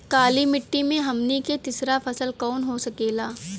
काली मिट्टी में हमनी के तीसरा फसल कवन हो सकेला?